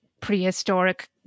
prehistoric